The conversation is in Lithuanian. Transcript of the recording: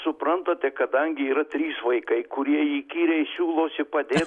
suprantate kadangi yra trys vaikai kurie įkyriai siūlosi padėt